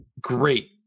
great